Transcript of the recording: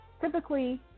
typically